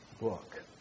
book